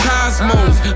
Cosmos